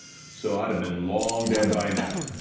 so i'd have been long dead by now.